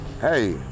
Hey